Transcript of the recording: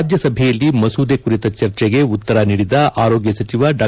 ರಾಜ್ಯಸಭೆಯಲ್ಲಿ ಮಸೂದೆ ಕುರಿತ ಚರ್ಚೆಗೆ ಉತ್ತರ ನೀಡಿದ ಆರೋಗ್ಯ ಸಚಿವ ಡಾ